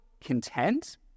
content